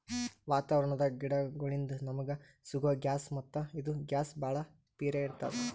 ವಾತಾವರಣದ್ ಗಿಡಗೋಳಿನ್ದ ನಮಗ ಸಿಗೊ ಗ್ಯಾಸ್ ಮತ್ತ್ ಇದು ಗ್ಯಾಸ್ ಭಾಳ್ ಪಿರೇ ಇರ್ತ್ತದ